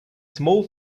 small